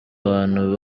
abantu